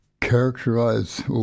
characterize